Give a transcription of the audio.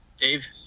Dave